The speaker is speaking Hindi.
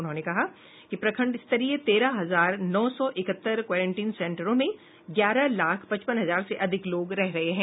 उन्होंने कहा कि प्रखंडस्तरीय तेरह हजार नौ सौ इकहत्तर क्वारेंटीन सेन्टरों में ग्यारह लाख पचपन हजार से अधिक लोग रह रहे हैं